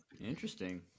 Interesting